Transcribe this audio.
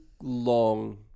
long